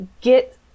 get